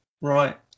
Right